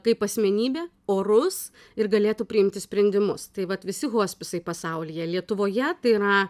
kaip asmenybė orus ir galėtų priimti sprendimus tai vat visi hospisai pasaulyje lietuvoje tai yra